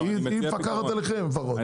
כי היא מפקחת עליכם לפחות.